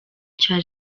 cya